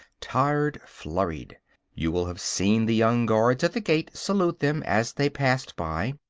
tired, flurried you will have seen the young guards at the gate salute them as they passed by.